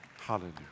Hallelujah